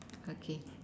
okay